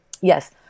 Yes